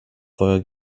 feuer